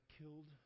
killed